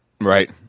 Right